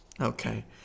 Okay